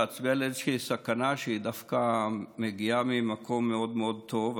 להצביע על איזושהי סכנה שדווקא מגיעה ממקום מאוד מאוד טוב.